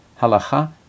Halacha